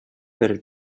per